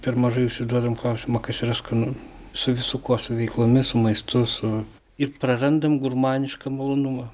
per mažai užsiduodam klausimą kas yra skanu su visu kuo su veiklomis su maistu su ir prarandam gurmanišką malonumą